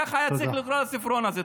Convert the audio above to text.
ככה היה צריך לקרוא לספרון הזה.